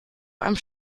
einem